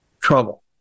Trouble